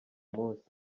munsi